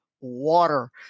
water